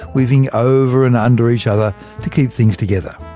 weaving over and under each other to keep things together.